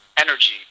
energy